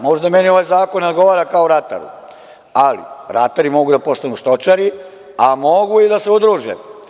Možda meni ovaj zakon ne odgovara kao rataru, ali ratari mogu da postanu stočari, a mogu i da se udruže.